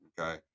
Okay